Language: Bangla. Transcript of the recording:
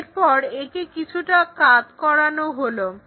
এরপর একে কিছুটা কাৎ করানো হলো